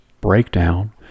breakdown